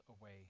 away